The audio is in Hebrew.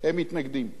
הם מתנגדים.